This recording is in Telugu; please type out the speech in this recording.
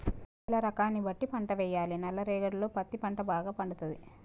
నేల రకాన్ని బట్టి పంట వేయాలి నల్ల రేగడిలో పత్తి పంట భాగ పండుతది